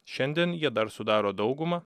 šiandien jie dar sudaro daugumą